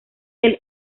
del